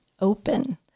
open